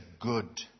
good